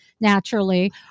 Naturally